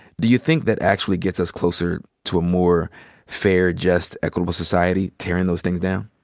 do you think that actually gets us closer to a more fair, just, equable society, tearing those things down?